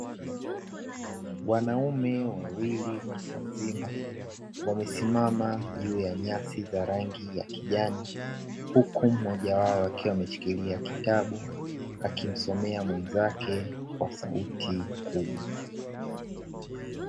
Wanaume wawili watu wazima wamesimama juu ya nyasi za rangi ya kijani, huku mmoja wao akiwa ameshikilia kitabu, akimsomea mwenzake kwa sauti kubwa.